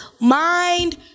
Mind